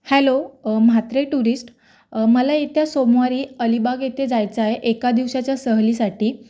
hello Mhatre tourist मला येत्या सोमवारी अलिबाग येथे जायचं आहे एका दिवसाच्या सहलीसाठी